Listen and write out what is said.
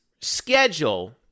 schedule